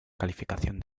calificación